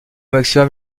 maximum